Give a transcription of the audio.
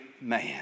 man